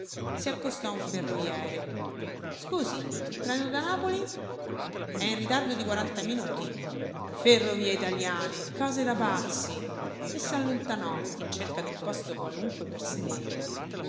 si accostò a un ferroviere scusi il treno da napoli è in ritardo di quaranta minuti ferrovie italiane cose da pazzi e s'allontanò in cerca d'un posto qualunque per sedere